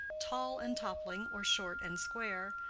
tall and toppling or short and square,